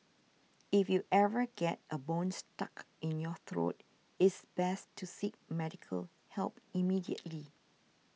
if you ever get a bone stuck in your throat it's best to seek medical help immediately